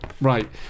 right